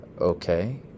okay